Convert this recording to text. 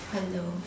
hello